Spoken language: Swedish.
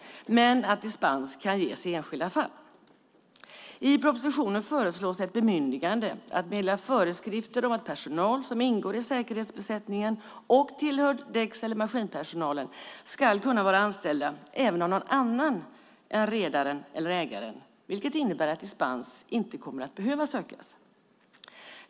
Dispens kan dock ges i enskilda fall. I propositionen föreslås ett bemyndigande att meddela föreskrifter om att personal som ingår i säkerhetsbesättningen och tillhör däcks eller maskinpersonalen ska kunna vara anställda även av någon annan än redaren eller ägaren, vilket kommer att innebära att dispens inte behöver sökas.